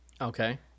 Okay